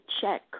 check